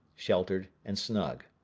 sheltered and snug.